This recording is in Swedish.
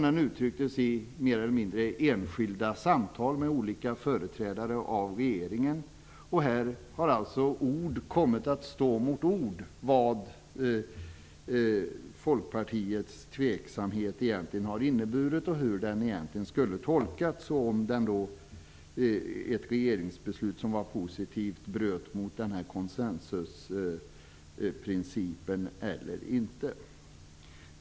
Den uttrycktes i stället i mer eller mindre enskilda samtal med företrädare för regeringen. Ord har kommit att stå mot ord när det gäller vad Folkpartiets tveksamhet egentligen har inneburit, hur den skulle ha tolkats och om ett positivt regeringsbeslut bröt mot konsensusprincipen eller inte.